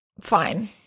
Fine